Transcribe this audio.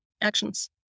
actions